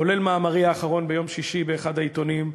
כולל מאמרי האחרון ביום שישי באחד העיתונים,